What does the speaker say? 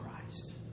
Christ